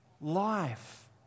life